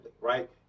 right